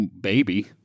baby